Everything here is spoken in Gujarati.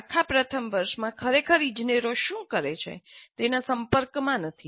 આખા પ્રથમ વર્ષમાં ખરેખર ઇજનેરો શું કરે છે તેના સંપર્કમાં નથી